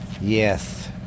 yes